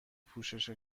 پوشش